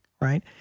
right